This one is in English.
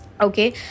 Okay